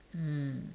mm